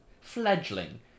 fledgling